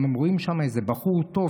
אם הם רואים שיש לגביר בחור טוב,